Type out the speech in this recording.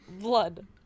Blood